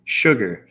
sugar